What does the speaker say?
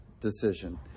decision